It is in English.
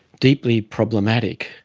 deeply problematic.